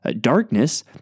darkness